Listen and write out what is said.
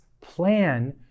plan